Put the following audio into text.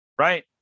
right